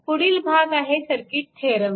पुढील भाग आहे सर्किट थेरम चा